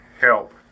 help